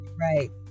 Right